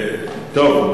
טוב,